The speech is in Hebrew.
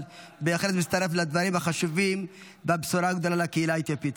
אבל בהחלט מצטרף לדברים החשובים והבשורה הגדולה לקהילה האתיופית